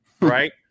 right